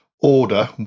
Order